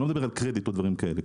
אני לא מדבר על קרדיט ודברים כאלה.